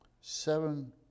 seven